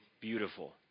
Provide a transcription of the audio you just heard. beautiful